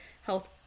health